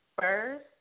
first